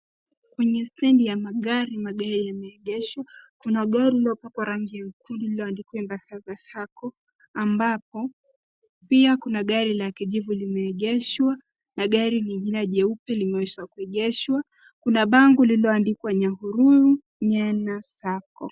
Kwenye stendi ya magari magari yameegeshwa. Kuna gari lililopakwa rangi ya nyekundu lililoandikwa Embassava sacco ambapo pia kuna gari la kijivu limeegeshwa na gari nyingine jeupe limewezaa kuegeshwa. Kuna bango lililoandikwa Nyahururu nyena Sacco .